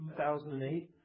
2008